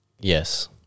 Yes